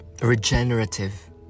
regenerative